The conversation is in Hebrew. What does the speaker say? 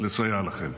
לסייע לכם.